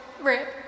Rip